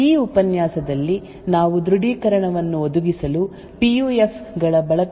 ಈ ಉಪನ್ಯಾಸದಲ್ಲಿ ನಾವು ದೃಢೀಕರಣವನ್ನು ಒದಗಿಸಲು ಪಿ ಯು ಎಫ್ ಗಳ ಬಳಕೆಯನ್ನು ನೋಡುತ್ತೇವೆ